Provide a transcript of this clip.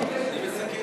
מי מסכם?